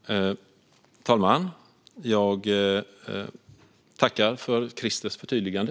Fru talman! Jag tackar Christer för hans förtydligande.